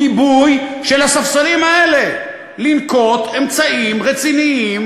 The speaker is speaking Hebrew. גיבוי של הספסלים האלה: לנקוט אמצעים רציניים,